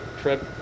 trip